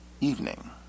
evening